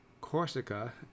Corsica